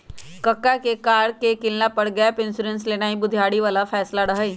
कक्का के कार के किनला पर गैप इंश्योरेंस लेनाइ बुधियारी बला फैसला रहइ